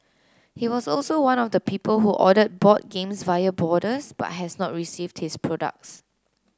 he was also one of the people who ordered board games via Boarders but has not received his products